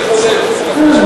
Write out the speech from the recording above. כן,